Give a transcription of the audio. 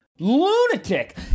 Lunatic